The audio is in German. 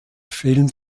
film